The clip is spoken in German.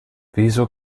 wieso